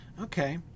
Okay